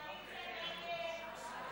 ההצעה להעביר לוועדה את הצעת חוק לימוד חובה (תיקון,